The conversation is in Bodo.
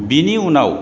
बिनि उनाव